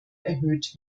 erhöht